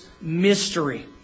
mystery